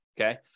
Okay